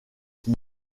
qui